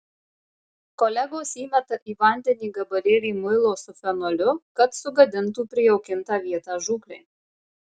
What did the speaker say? kolegos įmeta į vandenį gabalėlį muilo su fenoliu kad sugadintų prijaukintą vietą žūklei